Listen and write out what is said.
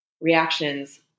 reactions